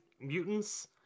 mutants